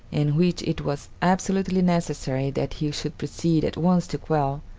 and which it was absolutely necessary that he should proceed at once to quell,